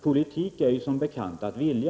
Politik är ju som bekant att vilja.